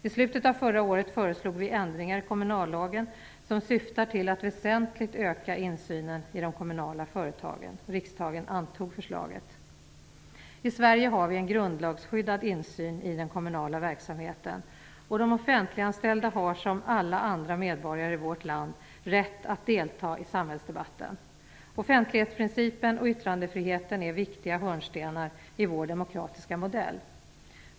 I slutet av förra året föreslog vi ändringar i kommunallagen som syftar till att väsentligt öka insynen i de kommunala företagen. I Sverige har vi en grundlagsskyddad insyn i den kommunala verksamheten. De offentliganställda har som alla andra medborgare i vårt land rätt att delta i samhällsdebatten. Offentlighetsprincipen och yttrandefriheten är viktiga hörnstenar i vår demokratiska modell.